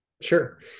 Sure